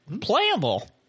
playable